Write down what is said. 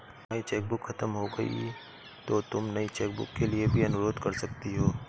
तुम्हारी चेकबुक खत्म हो गई तो तुम नई चेकबुक के लिए भी अनुरोध कर सकती हो